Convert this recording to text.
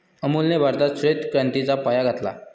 अमूलने भारतात श्वेत क्रांतीचा पाया घातला